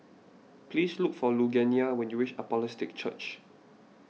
please look for Lugenia when you reach Apostolic Church